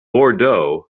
bordeaux